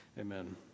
Amen